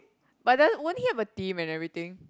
but then won't he have a team and everything